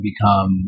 become